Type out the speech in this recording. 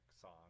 song